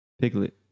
Piglet